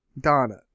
Donna